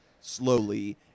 slowly